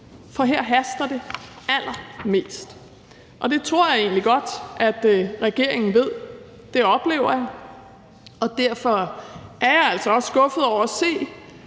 for her haster det allermest. Det tror jeg egentlig godt regeringen ved; det oplever jeg, og derfor er jeg altså også skuffet over at se,